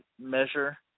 measure